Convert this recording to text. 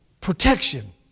protection